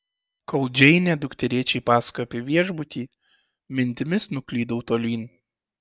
kol džeinė dukterėčiai pasakojo apie viešbutį mintimis nuklydau tolyn